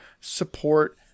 support